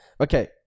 Okay